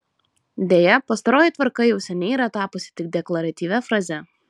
deja pastaroji tvarka jau seniai yra tapusi tik deklaratyvia fraze